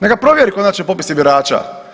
Neka provjeri konačni popis birača.